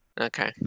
Okay